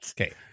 Okay